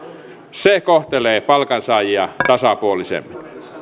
se kohtelee palkansaajia tasapuolisemmin